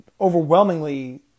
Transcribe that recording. overwhelmingly